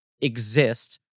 exist